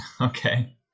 Okay